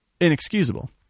Inexcusable